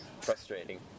frustrating